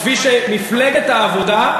כפי שמפלגת העבודה,